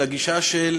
אלא גישה של